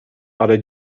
ale